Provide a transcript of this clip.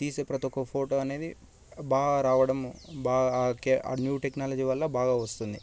తీసే ప్రతి ఒక్క ఫోటో అనేది బాగా రావడం బాగా ఆ న్యూ టెక్నాలజీ వల్ల బాగా వస్తుంది